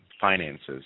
Finances